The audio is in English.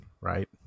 right